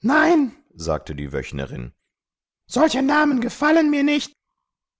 nein sagte die wöchnerin solche namen gefallen mir nicht